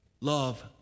love